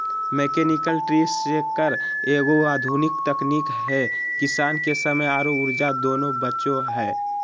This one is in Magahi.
मैकेनिकल ट्री शेकर एगो आधुनिक तकनीक है किसान के समय आरो ऊर्जा दोनों बचो हय